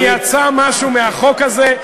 אם יצא משהו מהחוק הזה,